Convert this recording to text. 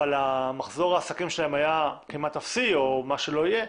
אבל מחזור העסקים שלהם היה כמעט אפסי או מה שלא יהיה,